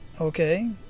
okay